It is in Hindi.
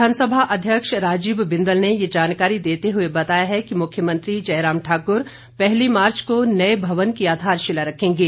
विधानसभा अध्यक्ष राजीव बिंदल ने यह जानकारी देते हुए बताया है कि मुख्यमंत्री जयराम ठाकुर पहली मार्च को नए भवन की आधारशिला रखेंगे